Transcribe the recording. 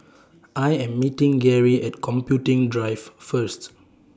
I Am meeting Geary At Computing Drive First